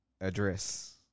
Address